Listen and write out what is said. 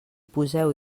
poseu